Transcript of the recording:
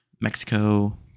Mexico